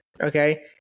Okay